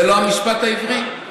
זה לא המשפט העברי?